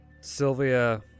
Sylvia